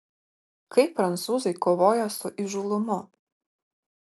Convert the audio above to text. kaip prancūzai kovoja su įžūlumu